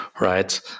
right